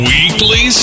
Weekly